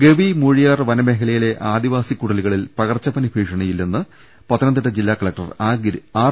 ഗവി മൂഴിയാർ വനമേഖലയിലെ ആദിവാസി കുടിലുകളിൽ പകർച്ചപ്പനി ഭീഷണി ഇല്ലെന്ന് പത്തനംതിട്ട ജില്ലാ കലക്ടർ ആർ